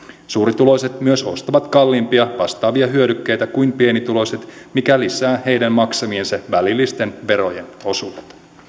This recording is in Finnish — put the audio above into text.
suurituloiset myös ostavat kalliimpia vastaavia hyödykkeitä kuin pienituloiset mikä lisää heidän maksamiensa välillisten verojen osuutta